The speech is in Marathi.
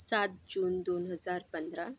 सात जून दोन हजार पंधरा